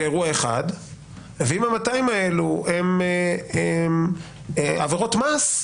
זהו אירוע אחד; אבל אם ה-200 האלה הם עברייני מס --- מראש,